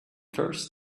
first